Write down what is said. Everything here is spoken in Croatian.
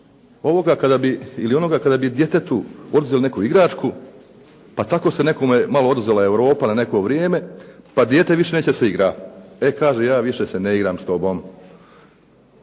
ili onoga kada bi djetetu oduzeli neku igračku pa tako se nekome malo oduzela Europa na neko vrijeme, pa dijete više neće da se igra. E kaže ja više se ne igram s tobom.